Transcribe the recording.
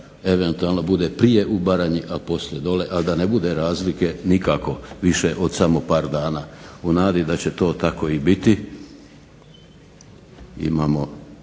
eventualno bude prije u Baranji, a poslije dolje, a da ne bude razlike nikako više od samo par dana. U nadi da će to tako i biti imamo